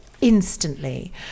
instantly